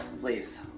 please